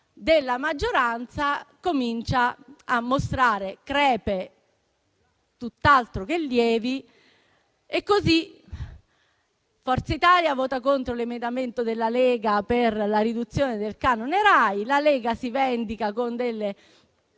della maggioranza comincia a mostrare crepe tutt'altro che lievi: Forza Italia vota contro l'emendamento della Lega per la riduzione del canone Rai; la Lega si vendica con delle